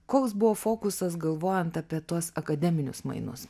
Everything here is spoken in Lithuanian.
koks buvo fokusas galvojant apie tuos akademinius mainus